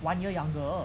one year younger